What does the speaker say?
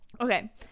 Okay